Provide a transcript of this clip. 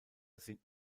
sind